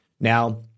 Now